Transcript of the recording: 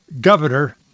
Governor